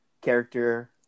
character